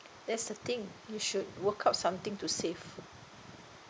that's the thing you should work out something to save